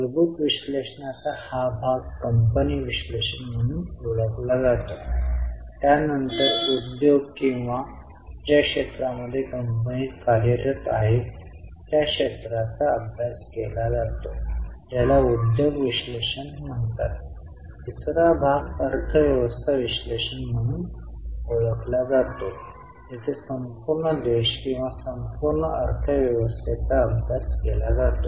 मूलभूत विश्लेषणाचा हा भाग कंपनी विश्लेषण म्हणून ओळखला जातो त्यानंतर उद्योग किंवा ज्या क्षेत्रांमध्ये कंपनी कार्यरत आहे त्या क्षेत्राचा अभ्यास केला जातो ज्याला उद्योग विश्लेषण म्हणतात आणि तिसरा भाग अर्थव्यवस्था विश्लेषण म्हणून ओळखला जातो जेथे संपूर्ण देश किंवा संपूर्ण अर्थव्यवस्थेचा अभ्यास केला जातो